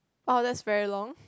ah that's very long